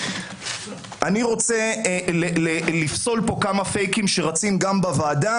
אני רוצה לפסול פה כמה פייקים שרצים גם בוועדה